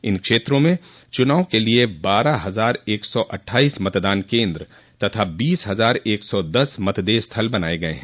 इन क्षेत्रों में चुनाव के लिए बारह हजार एक सौ अठ्ठाइस मतदान केन्द्र तथा बीस हजार एक सौ दस मतदेय स्थल बनाये गये हैं